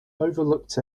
overlooked